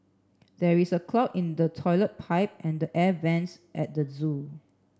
there is a clog in the toilet pipe and the air vents at the zoo